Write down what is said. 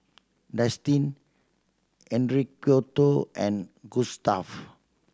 Destin Enriqueta and Gustaf